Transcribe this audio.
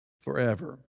forever